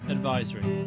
Advisory